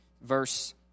Verse